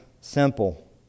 simple